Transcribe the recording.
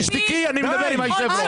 תשתקי, אני מדבר עם היושב ראש.